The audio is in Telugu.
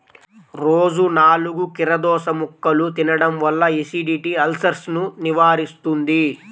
రోజూ నాలుగు కీరదోసముక్కలు తినడం వల్ల ఎసిడిటీ, అల్సర్సను నివారిస్తుంది